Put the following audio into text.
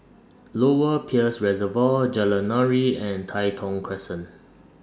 Lower Peirce Reservoir Jalan Nuri and Tai Thong Crescent